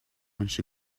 months